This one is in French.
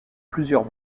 plusieurs